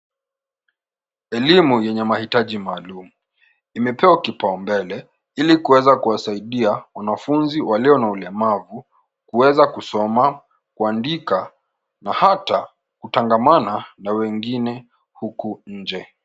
Elimu yenye mahitaji maalumu, imepewa kipau mbele ili kuweza kuwasaidia wanafunzi walio na ulemavu kuweza kusoma, kuandika na hata kutangamana na wengine huku nje.